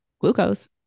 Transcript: glucose